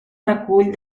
recull